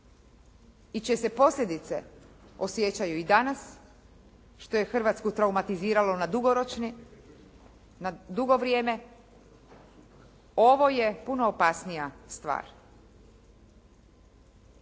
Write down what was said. čije se posljedice osjećaju i danas, što je Hrvatsku traumatiziralo na dugoročni, na dugo vrijeme, ovo je puno opasnija stvar.